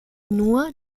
nur